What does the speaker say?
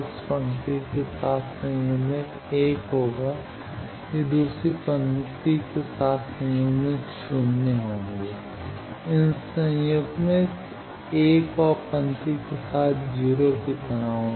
इस पंक्ति के साथ संयुग्मित 1 होगा ये दूसरी पंक्ति के साथ संयुग्मित शून्य होंगे इन संयुग्मित एक और पंक्ति के साथ 0 की तरह होगा